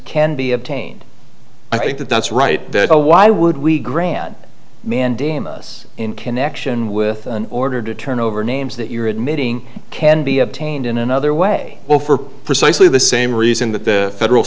can be obtained i think that that's right why would we grant mandamus in connection with an order to turn over names that you're admitting can be obtained in another way or for precisely the same reason that the federal